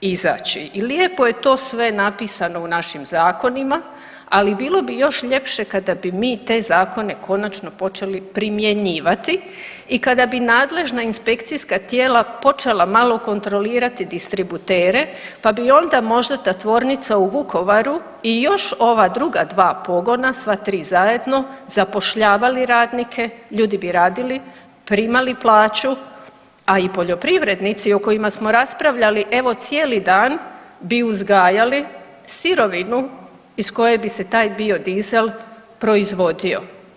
izaći i lijepo je to sve napisano u našim zakonima, ali bilo bi još ljepše kada bi mi te zakone konačno počeli primjenjivati i kada bi nadležna inspekcijska tijela počela malo kontrolirati distributere, pa bi onda možda ta tvornica u Vukovaru i još ova druga 2 pogona, sva 3 zajedno zapošljavali radnike, ljudi bi radili, primali plaću, a i poljoprivrednici o kojima smo raspravljali, evo cijeli dan, bi uzgajali sirovinu iz koje bi se taj biodizel proizvodio.